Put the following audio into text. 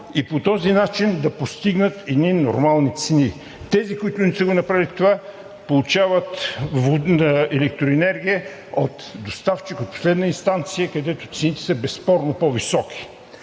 и по този начин да постигнат едни нормални цени. Тези, които не са го направили това, получават електроенергия от доставчик – от последна инстанция, където цените са безспорно по-високи.